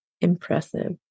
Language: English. impressive